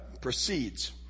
proceeds